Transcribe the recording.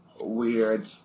Weird